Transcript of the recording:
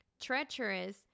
treacherous